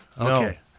Okay